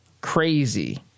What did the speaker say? crazy